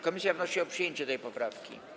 Komisja wnosi o przyjęcie tej poprawki.